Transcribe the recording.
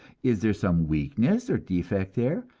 is there some weakness or defect there,